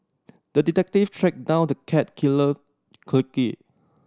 the detective tracked down the cat killer quickly